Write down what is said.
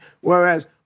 Whereas